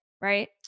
right